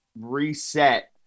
reset